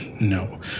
No